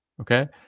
okay